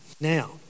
Now